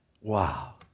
wow